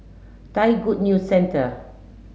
Thai Good News Centre